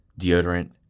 deodorant